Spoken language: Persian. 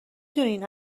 دونین